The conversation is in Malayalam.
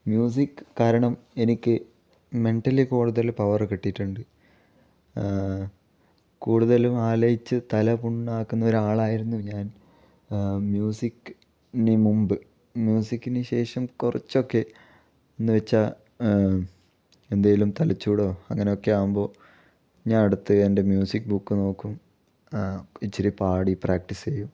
മ്യൂസിക് കാരണം എനിക്ക് മെൻ്റലി കൂടുതൽ പവർ കിട്ടിയിട്ടുണ്ട് കൂടുതലും ആലോചിച്ച് തല പുണ്ണാക്കുന്ന ഒരാളായിരുന്നു ഞാൻ മ്യൂസിക്കിന് മുമ്പ് മ്യൂസിക്കിന് ശേഷം കുറച്ചൊക്കെ എന്ന് വെച്ചാൽ എന്തെങ്കിലും തലചൂടോ അങ്ങനെ ഒക്കെ ആവുമ്പോൾ ഞാൻ എടുത്ത് എൻ്റെ മ്യൂസിക് ബുക്ക് നോക്കും ഇച്ചിരി പാടി പ്രാക്ടീസ് ചെയ്യും